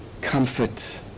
comfort